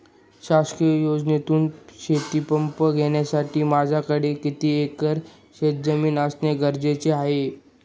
शासकीय योजनेतून शेतीपंप घेण्यासाठी माझ्याकडे किती एकर शेतजमीन असणे गरजेचे आहे?